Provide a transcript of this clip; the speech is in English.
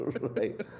Right